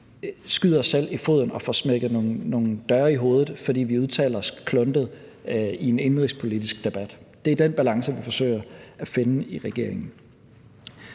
skyder os selv i foden og får smækket nogle døre i hovedet, fordi vi udtaler os kluntet i en indenrigspolitisk debat. Det er den balance, vi forsøger at finde i regeringen.